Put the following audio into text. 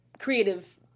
creative